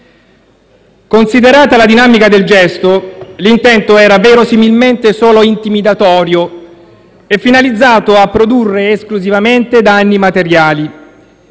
Considerata la dinamica del gesto, l'intento era verosimilmente solo intimidatorio e finalizzato a produrre esclusivamente danni materiali.